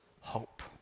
hope